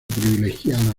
privilegiada